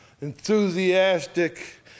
enthusiastic